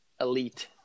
elite